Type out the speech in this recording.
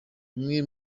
bimwe